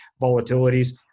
volatilities